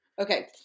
Okay